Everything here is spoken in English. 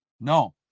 No